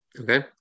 okay